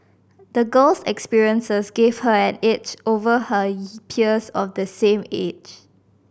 the girl's experiences gave her an edge over her peers of the same age